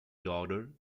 daughter